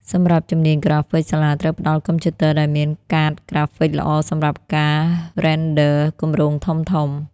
សម្រាប់ជំនាញក្រាហ្វិក សាលាត្រូវផ្តល់កុំព្យូទ័រដែលមានកាតក្រាហ្វិកល្អសម្រាប់ការ Render គម្រោងធំៗ។